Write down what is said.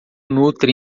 nutre